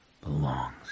belongs